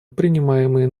принимаемые